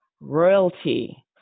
Royalty